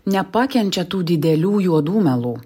nepakenčia tų didelių juodų melų